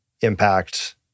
impact